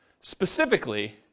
specifically